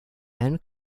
and